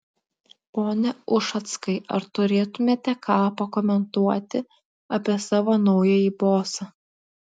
pone ušackai ar turėtumėte ką pakomentuoti apie savo naująjį bosą